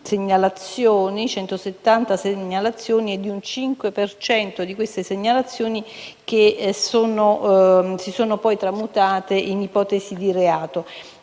170 segnalazioni e di un 5 per cento di tali segnalazioni che si sono poi tramutate in ipotesi di reato,